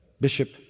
bishop